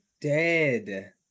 dead